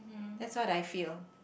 that's what I feel